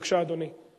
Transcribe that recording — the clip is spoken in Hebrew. בבקשה, אדוני.